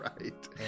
Right